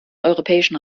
europäischen